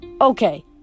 Okay